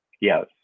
yes